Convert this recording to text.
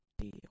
deal